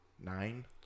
Nine